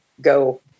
go